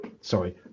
sorry